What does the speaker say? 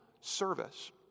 service